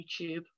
YouTube